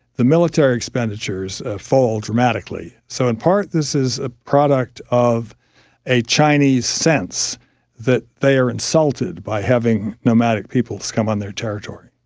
the military expenditures fall dramatically. so in part this is a product of a chinese sense that they are insulted by having nomadic peoples come on their territory.